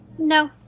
No